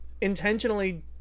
intentionally